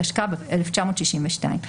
התשכ"ב-1962,